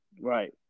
Right